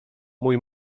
mój